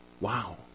Wow